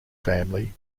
family